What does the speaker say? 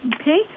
okay